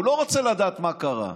הוא לא רוצה לדעת מה קרה,